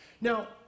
Now